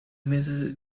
misses